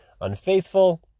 unfaithful